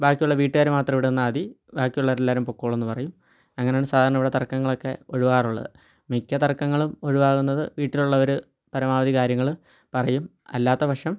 ബാക്കിയുള്ള വീട്ട്കാർ മാത്രം ഇവിടെ നിന്നാൽ മതി ബാക്കിയുള്ളവരെല്ലാവരും പൊക്കോളൂന്ന് പറയും അങ്ങനാണ് സാധാരണ ഇവിടെ തർക്കങ്ങളൊക്കെ ഒഴിവാക്കാറുള്ളത് മിക്ക തർക്കങ്ങളും ഒഴിവാവുന്നത് വീട്ടിലുള്ളവർ പരമാവധി കാര്യങ്ങൾ പറയും അല്ലാത്ത പക്ഷം